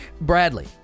Bradley